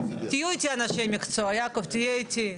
תהיו איתי אנשי המקצוע, יעקב תהיה איתי.